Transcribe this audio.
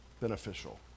beneficial